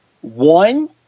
One